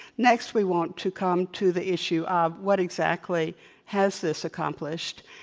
next, we want to come to the issue of what exactly has this accomplished.